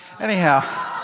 Anyhow